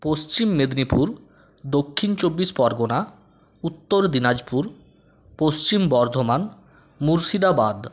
Paschim Medinipur Dakshin Chabbish Pargana Uttar Dinajpur Paschim Bardhaman Murshidabad